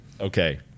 okay